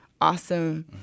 awesome